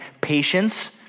patience